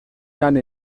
anni